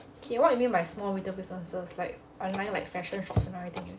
okay what you mean by small middle businesses like online like fashion shops and everything is it